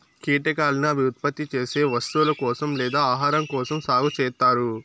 కీటకాలను అవి ఉత్పత్తి చేసే వస్తువుల కోసం లేదా ఆహారం కోసం సాగు చేత్తారు